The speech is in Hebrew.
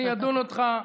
אני אדון אותך,